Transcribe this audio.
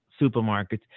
supermarkets